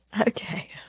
Okay